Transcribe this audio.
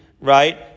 right